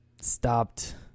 stopped